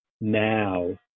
now